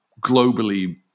globally